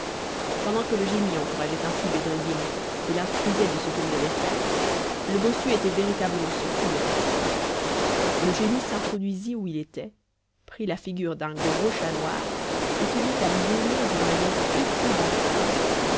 pendant que le génie encourageait ainsi bedreddin et l'instruisait de ce qu'il devait faire le bossu était véritablement sorti de la salle le génie s'introduisit où il était prit la figure d'un gros chat noir et se mit à miauler d'une manière épouvantable